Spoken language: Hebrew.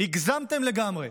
הגזמתן לגמרי.